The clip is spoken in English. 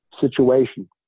situation